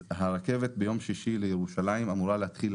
הרכבת ביום שישי לירושלים אמורה להתחיל